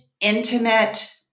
intimate